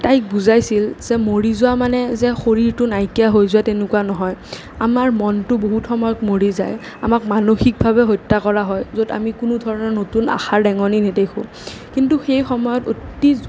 তাইক বুজাইছিল যে মৰি যোৱা মানে যে শৰীৰটো নাইকিয়া হৈ যোৱা তেনেকুৱা নহয় আমাৰ মনটো বহুত সময়ত মৰি যায় আমাক মানসিকভাৱে হত্যা কৰা হয় য'ত আমি কোনো ধৰণৰ নতুন আশাৰ ৰেঙনি নেদেখোঁ কিন্তু সেই সময়ত অতি